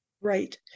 Right